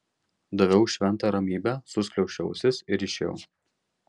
daviau šventą ramybę suskliausčiau ausis ir išėjau